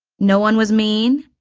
no one was mean?